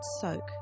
soak